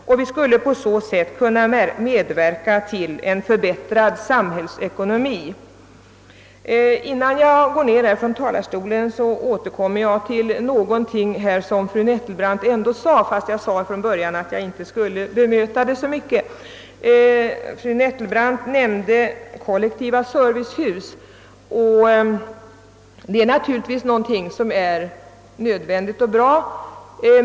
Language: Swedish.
På så sätt skulle vi var och en kunna medverka till en förbättrad samhällsekonomi. Innan jag lämnar talarstolen skall jag ändå beröra en fråga som fru Nettelbrandt tog upp. Hon nämnde kollektiva servicehus, och de är naturligtvis nödvändiga och bra.